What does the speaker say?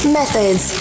methods